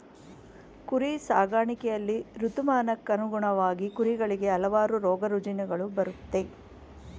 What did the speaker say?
ಕುರಿ ಸಾಕಾಣಿಕೆಯಲ್ಲಿ ಋತುಮಾನಕ್ಕನುಗುಣವಾಗಿ ಕುರಿಗಳಿಗೆ ಹಲವಾರು ರೋಗರುಜಿನಗಳು ಬರುತ್ತೆ